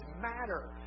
matter